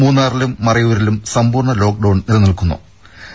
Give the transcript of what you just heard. മൂന്നാറിലും മറയൂരിലും സമ്പൂർണ്ണ ലോക്ഡൌൺ നിലനിൽക്കുകയാണ്